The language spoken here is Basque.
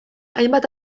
hainbat